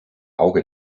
auge